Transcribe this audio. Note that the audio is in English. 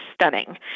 stunning